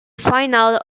final